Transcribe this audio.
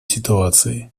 ситуации